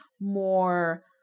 more